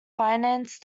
finance